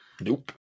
Nope